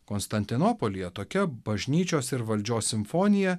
konstantinopolyje tokia bažnyčios ir valdžios simfonija